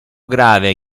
grave